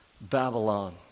Babylon